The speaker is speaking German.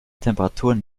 temperaturen